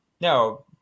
No